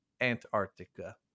Antarctica